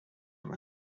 him